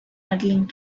medaling